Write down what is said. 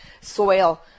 soil